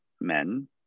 men